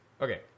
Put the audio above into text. okay